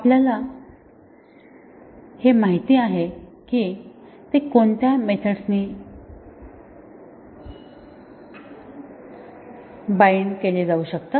आपल्याला हे माहित आहे की ते कोणत्या मेथड्सनी बाउंड केले जाऊ शकतात